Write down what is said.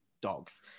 dogs